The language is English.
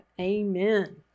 Amen